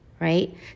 right